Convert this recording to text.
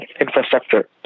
infrastructure